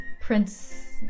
Prince